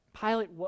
Pilate